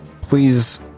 please